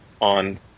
on